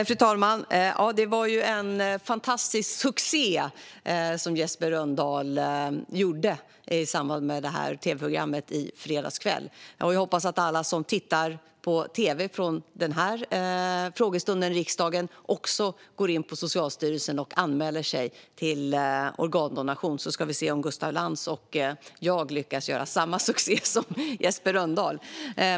Fru talman! Jesper Rönndahl gjorde en fantastisk succé i samband med tv-programmet i fredagskväll. Nu hoppas jag att alla som tittar på tv från den här frågestunden i riksdagen också anmäler sig till Socialstyrelsens donationsregister så ska vi se om Gustaf Lantz och jag lyckas göra samma succé.